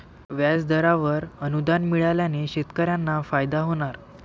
व्याजदरावर अनुदान मिळाल्याने शेतकऱ्यांना फायदा होणार